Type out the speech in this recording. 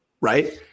Right